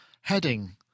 heading